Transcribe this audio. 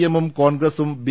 എമ്മും കോൺഗ്രസും ബി